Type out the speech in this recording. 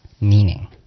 meaning